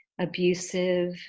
abusive